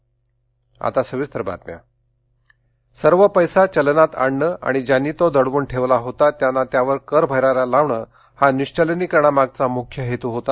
निश्चलनीकरण सरकार सर्व पैसा चलनात आणणं थाणि ज्यांनी तो दडवून ठेवला होता त्यांना त्यावर कर भरायला लावणं हा निश्चलनीकरणामागचा मुख्य हेतू होता